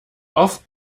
auf